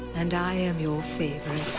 and i am your favorite,